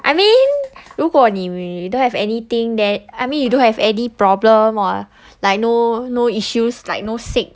I mean 如果你 don't have anything the I mean you don't have any problem or like no no issues like no sick